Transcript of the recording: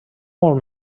molt